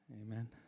amen